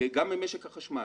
גם במשק החשמל.